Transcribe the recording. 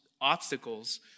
obstacles